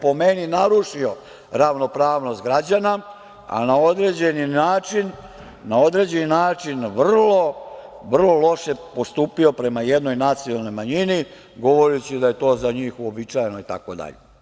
Po meni je narušio ravnopravnost građana, a na određeni način vrlo, vrlo loše postupio prema jednoj nacionalnoj manjini, govoreći da je to za njih uobičajeno itd.